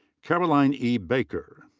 caroline e. baker.